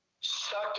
stuck